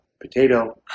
potato